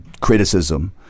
criticism